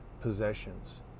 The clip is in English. possessions